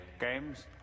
Games